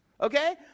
Okay